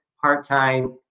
part-time